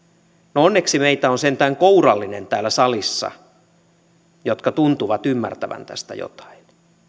no onneksi meitä on sentään kourallinen täällä salissa niitä jotka tuntuvat ymmärtävän tästä jotain